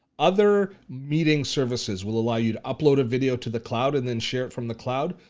other meeting services will allow you to upload a video to the cloud and then share it from the cloud.